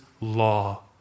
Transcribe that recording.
law